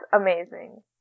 amazing